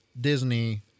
Disney